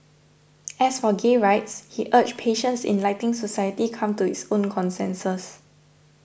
as for gay rights he urged patience in letting society come to its own consensus